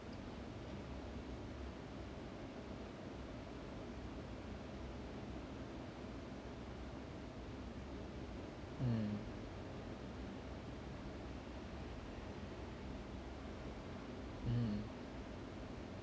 mm mm